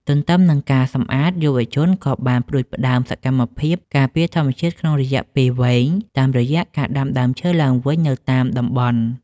ទន្ទឹមនឹងការសម្អាត យុវជនក៏បានផ្ដួចផ្ដើមសកម្មភាពការពារធម្មជាតិក្នុងរយៈពេលវែង តាមរយៈការដាំដើមឈើឡើងវិញនៅតាមតំបន់។